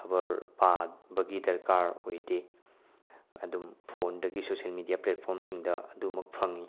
ꯈꯕꯔ ꯄꯥꯕꯒꯤ ꯗꯔꯀꯥꯔ ꯑꯣꯏꯗꯦ ꯑꯗꯨꯝ ꯐꯣꯟꯗꯒꯤꯁꯨ ꯁꯣꯁꯦꯟ ꯃꯦꯗꯤꯌꯥ ꯄ꯭ꯂꯦꯠꯐ꯭ꯣꯔꯝꯁꯤꯡꯗ ꯑꯗꯨꯃꯛ ꯐꯪꯏ